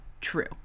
true